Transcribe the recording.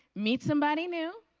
meet somebody new.